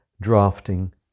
drafting